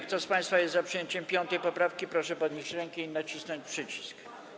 Kto z państwa jest za przyjęciem 5. poprawki, proszę podnieść rękę i nacisnąć przycisk.